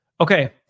Okay